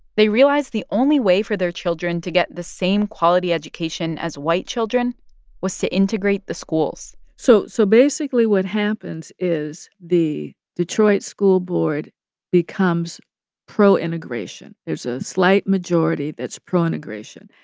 they realized the only way for their children to get the same quality education as white children was to integrate the schools so so basically what happens is the detroit school board becomes pro-integration. there's a slight majority that's pro-integration.